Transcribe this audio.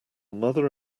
mother